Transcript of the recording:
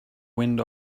wind